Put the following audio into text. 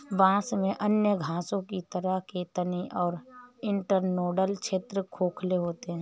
बांस में अन्य घासों की तरह के तने के इंटरनोडल क्षेत्र खोखले होते हैं